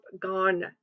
gone